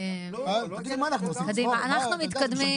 קדימה, אנחנו מתקדמים.